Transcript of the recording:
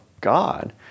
God